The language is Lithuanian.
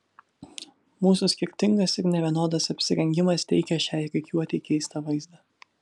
mūsų skirtingas ir nevienodas apsirengimas teikė šiai rikiuotei keistą vaizdą